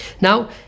Now